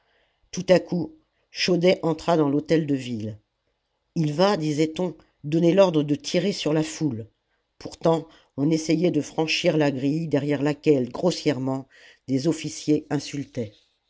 tout à coup chaudey entra dans l'hôtel-de-ville il va disaiton donner l'ordre de tirer sur la foule pourtant on essayait de franchir la grille derrière laquelle grossièrement des officiers